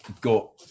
got